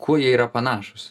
kuo jie yra panašūs